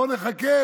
בואו נחכה,